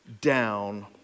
down